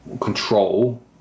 control